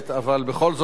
אנחנו צריכים להמשיך.